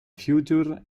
future